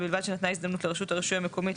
ובלבד שנתנה הזדמנות לרשות הרישוי המקומית,